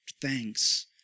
thanks